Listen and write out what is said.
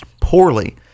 poorly